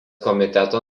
komiteto